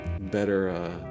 better